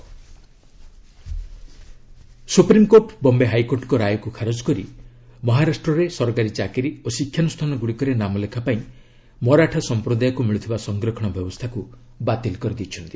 Maratha reservation supreme court Bombay ହାଇକୋର୍ଟଙ୍କ ରାୟକୁ ଖାରଜ କରି ମହାରାଷ୍ଟ୍ରରେ ସରକାରୀ ଚାକିରି ଓ ଶିକ୍ଷାନୁଷ୍ଠାନଗୁଡ଼ିକରେ ନାମ ଲେଖା ପାଇଁ ମାରାଠା ସଂପ୍ରଦାୟକୁ ମିଳୁଥିବା ସଂରକ୍ଷଣ ବ୍ୟବସ୍ଥାକୁ ବାତିଲ କରିଦେଇଛନ୍ତି